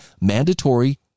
mandatory